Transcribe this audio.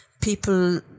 People